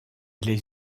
les